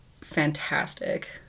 fantastic